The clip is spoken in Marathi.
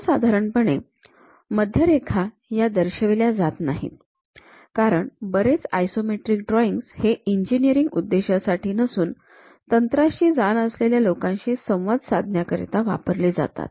सर्वसाधारणपणे मध्यरेखा ह्या दर्शविल्या जात नाहीत कारण बरेच आयसोमेट्रिक ड्रॉइंग्स हे इंजिनीरिंग उद्देशासाठी नसून तंत्राची जण नसलेल्या लोकांशी संवाद साधण्याकरिता वापरले जातात